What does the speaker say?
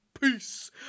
peace